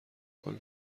کنه